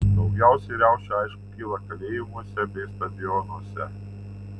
daugiausiai riaušių aišku kyla kalėjimuose bei stadionuose